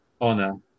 honor